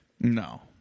No